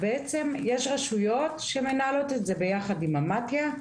בעצם יש רשויות שמנהלות את זה ביחד עם מתי"א,